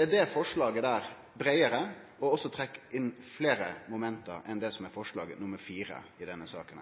er det forslaget breiare. Det trekkjer også inn fleire moment enn forslag nr. 4 i denne saka.